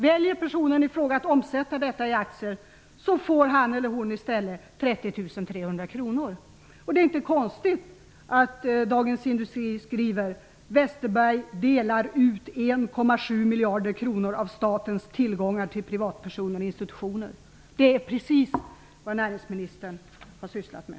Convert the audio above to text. Väljer personen i fråga att omsätta detta i aktier, får han eller hon i stället Det är inte konstigt att Dagens Industri skriver att Westerberg delar ut 1,7 miljarder kronor av statens tillgångar till privatpersoner och institutioner. Det är precis vad näringsministern har sysslat med.